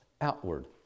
outward